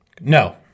No